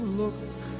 look